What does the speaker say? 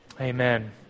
amen